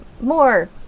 More